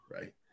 right